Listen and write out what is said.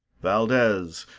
valdes,